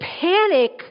panic